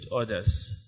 others